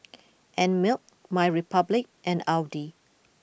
Einmilk MyRepublic and Audi